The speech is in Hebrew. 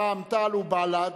רע"ם-תע"ל ובל"ד,